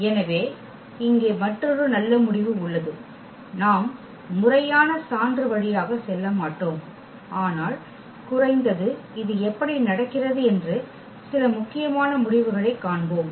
எனவே இங்கே மற்றொரு நல்ல முடிவு உள்ளது நாம் முறையான சான்று வழியாக செல்ல மாட்டோம் ஆனால் குறைந்தது இது எப்படி நடக்கிறது என்று சில முக்கியமான முடிவுகளை காண்போம்